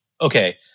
okay